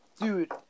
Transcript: Dude